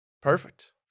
Perfect